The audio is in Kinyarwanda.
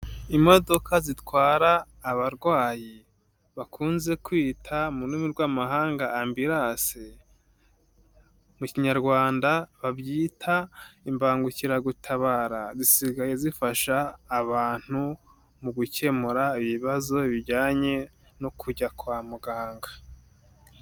Imodoka zitwara abarwayi. Bakunze kwita mu rurimi rw'amahanga Ambulence, mu kinyarwanda babyita imbangukiragutabara zisigaye zifasha abantu mu gukemura ibibazo bijyanye no kujya kwa muganga.